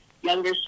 younger